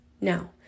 now